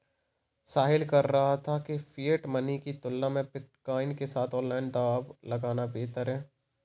साहिल कह रहा था कि फिएट मनी की तुलना में बिटकॉइन के साथ ऑनलाइन दांव लगाना बेहतर हैं